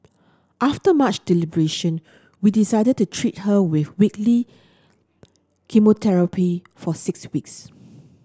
after much deliberation we decided to treat her with weekly chemotherapy for six weeks